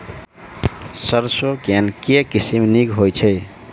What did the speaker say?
सैरसो केँ के किसिम नीक होइ छै?